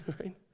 right